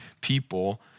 people